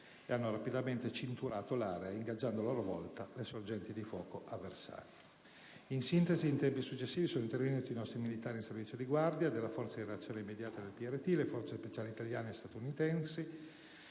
hanno rapidamente cinturato l'area ingaggiando a loro volta le sorgenti di fuoco avversarie. In sintesi, in tempi successivi, sono intervenuti nostri militari in servizio di guardia e della Forza di reazione immediata del PRT, le Forze speciali italiane e statunitensi